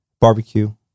barbecue